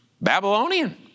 Babylonian